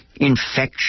Infection